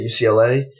ucla